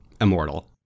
Immortal